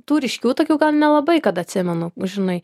tų ryškių tokių gal nelabai kad atsimenu žinai